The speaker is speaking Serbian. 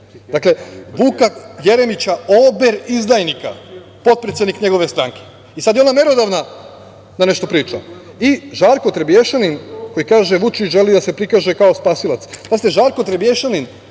dakle, Vuka Jeremića, ober izdajnika, potpredsednik njegove stranke.I sad je ona merodavna da nešto priča. I Žarko Trebješanin koji kaže – Vučić želi da se prikaže kao spasilac. Pazite, Žarko Trebješanin